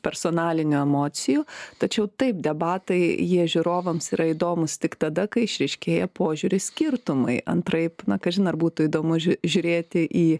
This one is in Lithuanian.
personalinių emocijų tačiau taip debatai jie žiūrovams yra įdomūs tik tada kai išryškėja požiūrių skirtumai antraip na kažin ar būtų įdomu žiūrėti į